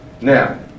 Now